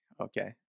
Okay